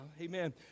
Amen